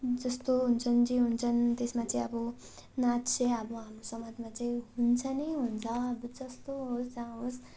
जस्तो हुन्छन् जे हुन्छन् त्यसमा चाहिँ अब नाच चाहिँ अब हाम्रो समाजमा चाहिँ हुन्छ नै हुन्छ अब जस्तो होस् जहाँ होस्